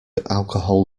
alcohol